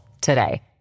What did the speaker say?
today